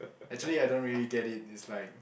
actually I don't really get it it's like